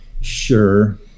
sure